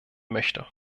möchte